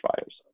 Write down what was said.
fires